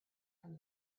from